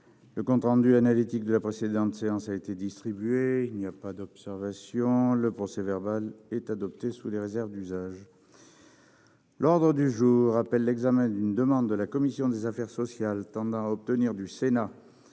Le compte rendu analytique de la précédente séance a été distribué. Il n'y a pas d'observation ?... Le procès-verbal est adopté sous les réserves d'usage. L'ordre du jour appelle l'examen d'une demande de la commission des affaires sociales tendant à obtenir du Sénat,